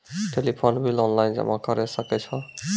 Telephone bill online जमा करै सकै छौ?